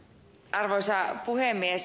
arvoisa puhemies